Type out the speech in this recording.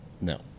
No